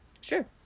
Sure